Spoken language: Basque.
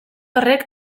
horrek